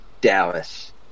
Dallas